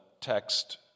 text